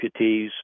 amputees